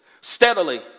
Steadily